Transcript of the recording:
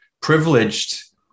privileged